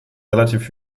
relativ